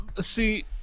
see